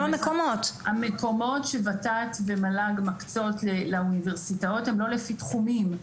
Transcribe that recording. המקומות שות"ת ומל"ג מקצות לאוניברסיטאות הם לא לפי תחומים.